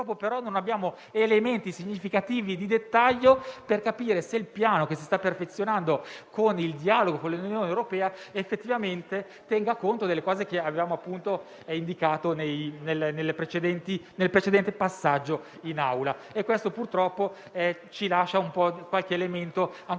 purtroppo non abbiamo elementi significativi di dettaglio per capire se il Piano che si sta perfezionando con il dialogo con l'Unione europea effettivamente tenga conto delle cose che avevamo indicato nel precedente passaggio in Aula: questo sfortunatamente lascia ancora qualche elemento di non